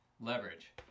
leverage